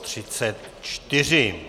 34.